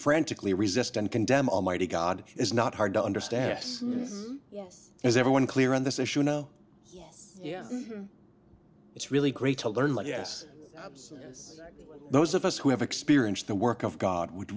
frantically resist and condemn almighty god is not hard to understand us as everyone clear on this issue no yeah it's really great to learn like yes those of us who have experienced the work of god would